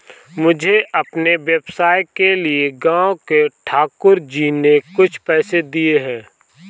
मुझे अपने व्यवसाय के लिए गांव के ठाकुर जी ने कुछ पैसे दिए हैं